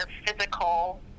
physical